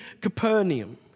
Capernaum